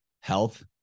health